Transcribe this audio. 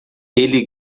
ele